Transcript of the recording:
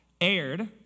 aired